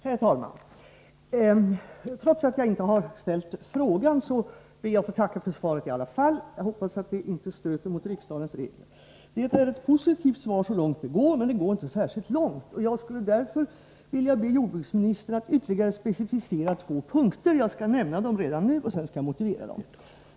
Herr talman! Trots att jag inte har framställt interpellationen ber jag att i alla fall få tacka för svaret. Jag hoppas att det inte strider mot riksdagens regler. Det är ett positivt svar så långt det går, men det går inte särskilt långt. Jag vill därför be jordbruksministern att ytterligare precisera sig på två punkter. Jag skall nämna dem redan nu och sedan motivera dem.